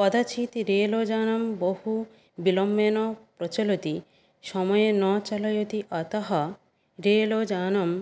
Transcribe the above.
कदाचित् रेलयानं बहु विलम्बेन प्रचलति समये न चालयति अतः रेलयानं